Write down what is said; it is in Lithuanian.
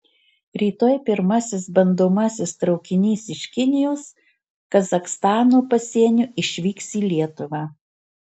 rytoj pirmasis bandomasis traukinys iš kinijos kazachstano pasienio išvyks į lietuvą